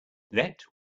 let